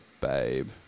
babe